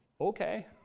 Okay